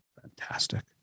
fantastic